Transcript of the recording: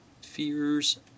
fears